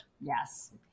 Yes